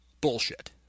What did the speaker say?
bullshit